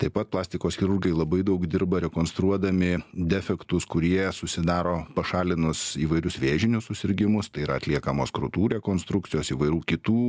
taip pat plastikos chirurgai labai daug dirba rekonstruodami defektus kurie susidaro pašalinus įvairius vėžinius susirgimus tai yra atliekamos krūtų rekonstrukcijos įvairių kitų